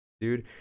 dude